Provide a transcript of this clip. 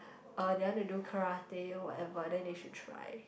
uh they want to do Karate or whatever then they should try